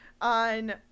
on